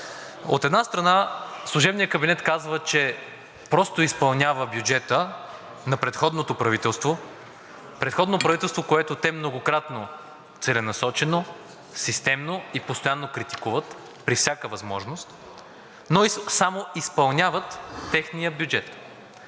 От една страна, служебният кабинет казва, че просто изпълнява бюджета на предходното правителство. Предходното правителство, което те многократно, целенасочено, системно и постоянно критикуват при всяка възможност, но изпълняват техния бюджет,